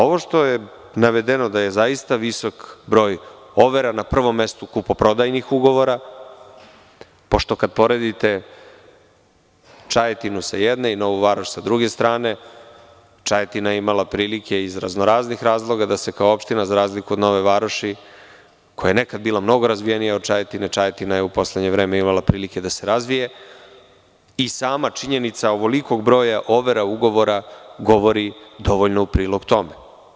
Ovo što je navedeno da je zaista visok broj overa, na prvom mestu kupoprodajnih ugovora, pošto kada poredite Čajetinu sa jedne i Novu Varoš sa druge strane, Čajetina je imala prilike iz razno-raznih razloga da se kao opština za razliku od Nove Varoši koja je nekad bila mnogo razvijenija od Čajetine, Čajetina je u poslednje vreme imala prilike da se razvije i sama činjenica ovolikog broja overa ugovora govori dovoljno u prilog tome.